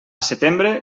setembre